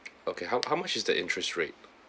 okay how how much is the interest rate